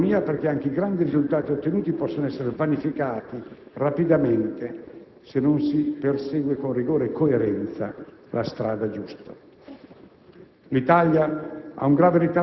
C'è un'emergenza sul piano dell'economia perché anche i grandi risultati ottenuti possono essere vanificati rapidamente se non si persegue con rigore e coerenza la strada giusta.